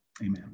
Amen